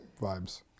vibes